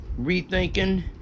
rethinking